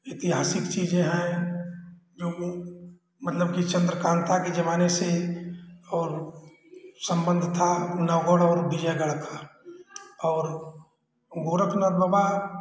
ऐतिहासिक चीजें हैं जो मतलब की चंद्रकांता के जमाने से और संबंध था नौगढ़ और बिजयगढ़ का और गोरखनाथ बाबा